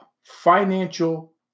financial